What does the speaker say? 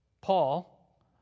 Paul